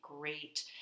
great